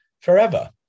forever